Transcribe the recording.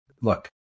look